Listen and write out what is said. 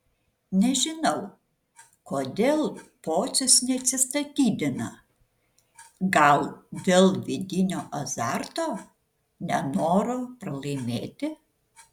nežinau kodėl pocius neatsistatydina gal dėl vidinio azarto nenoro pralaimėti